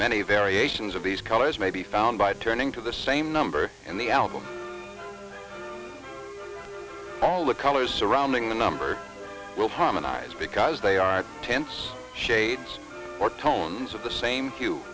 many variations of these colors may be found by turning to the same number in the album all the colors surrounding the number will harmonize because they are tense shades or tones of the same